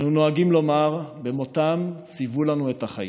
אנו נוהגים לומר: במותם ציוו לנו את החיים.